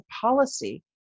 policy